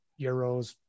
Euros